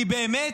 כי באמת,